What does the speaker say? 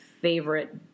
favorite